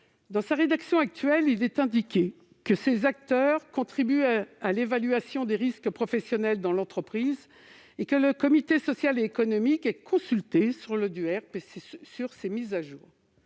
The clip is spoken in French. dans l'élaboration du DUERP. Il précise que ces acteurs contribuent à l'évaluation des risques professionnels dans l'entreprise, et que le comité social et économique est consulté sur le DUERP et ses mises à jour.